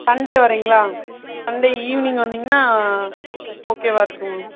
Sunday வரீங்களா Sunday evening வந்திங்கனால் ஓகேவா இருக்கும் மேம்